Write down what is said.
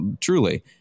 truly